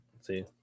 see